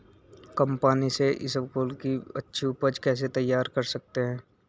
कम पानी से इसबगोल की अच्छी ऊपज कैसे तैयार कर सकते हैं?